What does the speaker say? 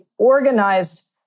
organized